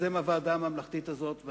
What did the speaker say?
יוזם הוועדה הממלכתית הזאת,